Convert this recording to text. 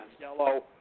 yellow